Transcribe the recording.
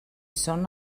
són